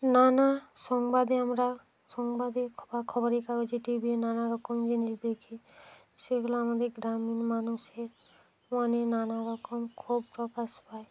নানা সংবাদে আমরা সংবাদে বা খবরের কাগজে টিভি নানারকম জিনিস দেখি সেগুলো আমাদের গ্রামীণ মানুষের মনে নানারকম ক্ষোভ প্রকাশ পায়